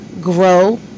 grow